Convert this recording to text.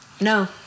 No